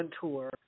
tour